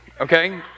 okay